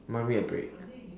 might need a break